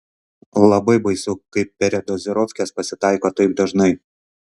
labai baisu kai peredazirofkės pasitaiko taip dažnai